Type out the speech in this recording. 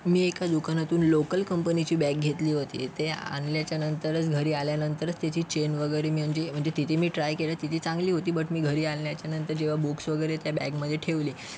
मी एका दुकानातून लोकल कंपनीची बॅग घेतली होती ते आणल्याच्या नंतरच घरी आल्यानंतरच तिची चेन वगैरे म्हणजे म्हणजे तिथे मी ट्राय केली होती तिथे चांगली होती बट मी घरी आणल्याच्या नंतर जेव्हा बुक्स वगैरे त्या बॅगमध्ये ठेवली